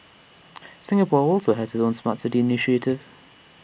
Singapore also has its own Smart City initiative